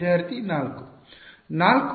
ವಿದ್ಯಾರ್ಥಿ 4